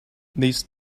these